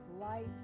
light